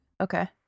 okay